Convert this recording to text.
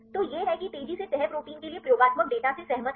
तो यह है कि तेजी से तह प्रोटीन के लिए प्रयोगात्मक डेटा से सहमत हैं